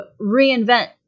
reinvent